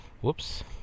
Whoops